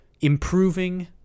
improving